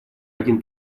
один